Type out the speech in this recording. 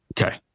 Okay